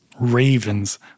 ravens